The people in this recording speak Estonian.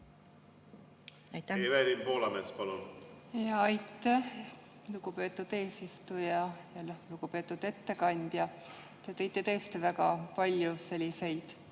Aitäh, lugupeetud eesistuja! Lugupeetud ettekandja! Te tõite tõesti väga palju selliseid